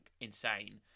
insane